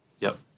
yep.